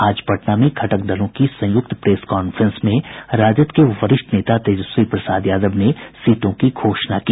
आज पटना में घटक दलों की संयुक्त प्रेस कांफ्रेंस में राजद के वरिष्ठ नेता तेजस्वी प्रसाद यादव ने सीटों की घोषणा की